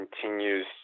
continues